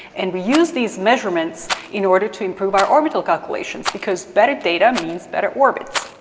and we use these measurements in order to improve our orbital calculations, because better data means better orbits.